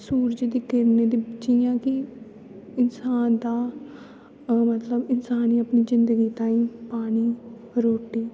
सूरज दी किरणें दी जि'यां कि इंसान दा मतलब इंसान गी अपनी जिंदगी ताईं पानी रोटी